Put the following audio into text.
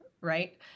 right